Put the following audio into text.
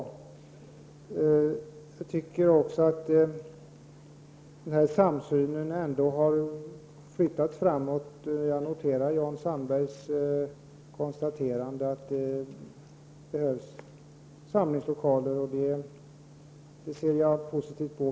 Jag tycker också att samsynen har utvecklats. Jag noterar Jan Sandbergs konstaterande att det behövs samlingslokaler, och det ser jag positivt på.